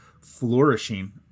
flourishing